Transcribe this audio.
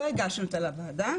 לא הגשנו אותה לוועדה,